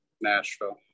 Nashville